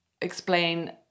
explain